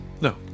No